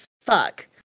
fuck